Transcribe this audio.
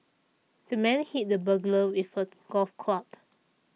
the man hit the burglar with a golf club